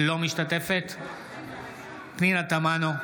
אינה משתתפת בהצבעה פנינה תמנו,